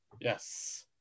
yes